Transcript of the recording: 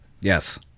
Yes